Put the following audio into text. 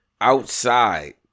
outside